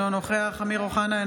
אינו נוכח אמיר אוחנה,